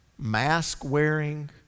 Mask-wearing